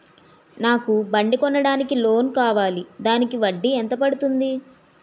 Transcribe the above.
నాకు బండి కొనడానికి లోన్ కావాలిదానికి వడ్డీ ఎంత పడుతుంది?